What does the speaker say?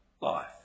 life